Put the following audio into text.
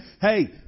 Hey